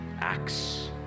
acts